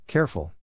Careful